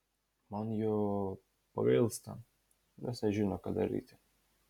man jo pagailsta nes nežino ką daryti